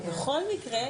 אבל בכל מקרה,